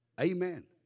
Amen